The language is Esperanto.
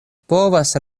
povas